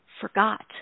forgot